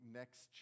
next